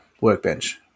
workbench